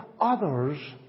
others